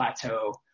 plateau